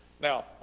Now